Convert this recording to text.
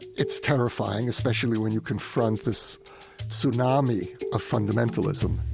it's terrifying, especially when you confront this tsunami of fundamentalism,